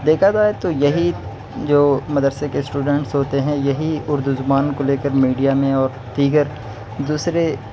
دیکھا جائے تو یہی جو مدرسے کے اسٹوڈنٹس ہوتے ہیں یہی اردو زبان کو لے کر میڈیا میں اور دیگر دوسرے